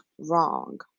wrong